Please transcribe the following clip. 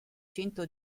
cento